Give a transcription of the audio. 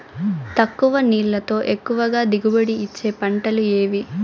తక్కువ నీళ్లతో ఎక్కువగా దిగుబడి ఇచ్చే పంటలు ఏవి?